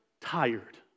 tired